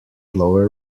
lower